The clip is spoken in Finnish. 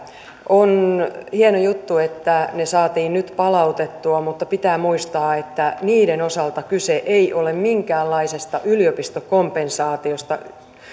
on hieno juttu että ne saatiin nyt palautettua mutta pitää muistaa että niiden osalta kyse ei ole minkäänlaisesta yliopistokompensaatiosta